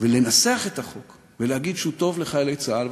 ולנסח את החוק ולהגיד שהוא טוב לחיילי צה"ל,